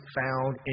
found